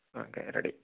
ആ okay ready